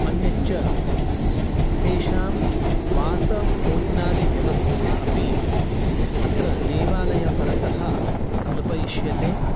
अन्यत् च तेषां वासः भोजनादि व्यवस्था अपि अत्र देवालयपरतः कल्पयिष्यते